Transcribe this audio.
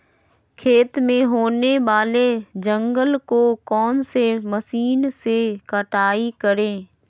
खेत में होने वाले जंगल को कौन से मशीन से कटाई करें?